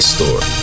Store